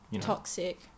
toxic